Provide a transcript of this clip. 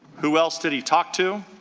who else did he talk to?